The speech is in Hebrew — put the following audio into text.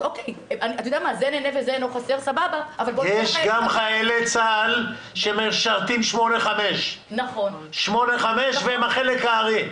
יש גם חיילי צה"ל שמשרתים 8/5, והם החלק הארי.